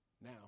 Now